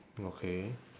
okay